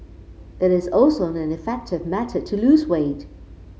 it is also an effective method to lose weight